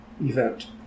event